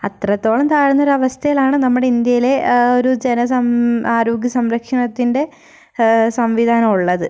അത്രത്തോളം താഴ്ന്ന ഒരവസ്ഥയിലാണ് നമ്മുടെ ഇന്ത്യയിലെ ആ ഒരു ജനസം ആരോഗ്യസംരക്ഷണത്തിൻ്റെ സംവിധാനം ഉള്ളത്